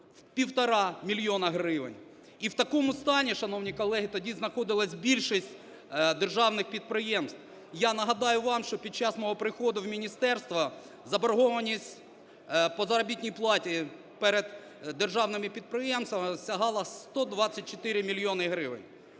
в 1,5 мільйони гривень. І в такому стані, шановні колеги, тоді знаходилась більшість державних підприємств. Я нагадаю вам, що під час мого приходу в міністерство заборгованість по заробітній платі перед державними підприємствами сягала 124 мільйони гривень.